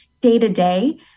day-to-day